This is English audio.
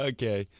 Okay